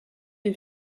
est